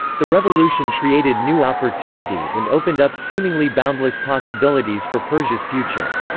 the revolution created new opportunities and opened up seemingly boundless possibilities for persia's future.